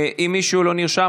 אם מישהו לא נרשם,